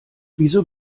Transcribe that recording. wieso